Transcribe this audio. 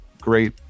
great